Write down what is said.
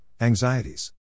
anxieties